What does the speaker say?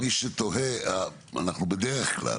למי שתוהה, אנחנו בדרך כלל,